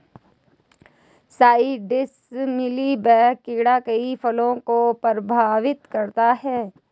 citrus mealy bug कीड़ा कई फल को प्रभावित करता है